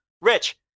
Rich